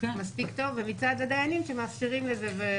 ומצד הדיינים שמאפשרים את זה.